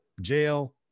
jail